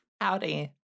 howdy